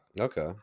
Okay